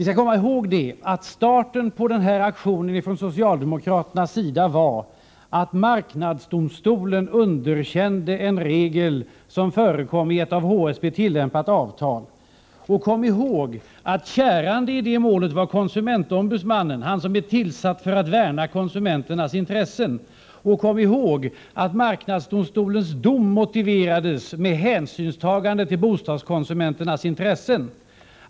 Kom ihåg att starten på denna aktion från socialdemokraterna var att marknadsdomstolen underkände en regel som förekom i ett av HSB tillämpat avtal. Och kom ihåg att kärande i det målet var konsumentombuds mannen, som är tillsatt för att värna konsumenternas intressen. Kom också ihåg att marknadsdomstolens dom motiverades av hänsynstagande till bostadskonsumenternas intressen.